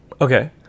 Okay